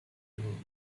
you